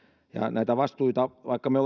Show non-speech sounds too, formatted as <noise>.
näitä vastuita vaikka me <unintelligible>